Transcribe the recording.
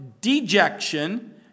dejection